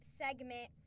segment